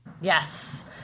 Yes